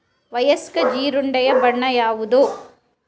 ವಯಸ್ಕ ಜೀರುಂಡೆಯ ಬಣ್ಣ ಯಾವುದು?